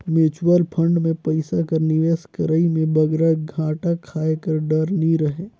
mutual fund में पइसा कर निवेस करई में बगरा घाटा खाए कर डर नी रहें